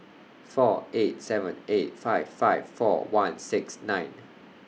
four eight seven eight five five four one six nine